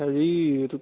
হেৰি এইটো